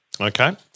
Okay